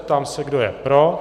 Ptám se, kdo je pro.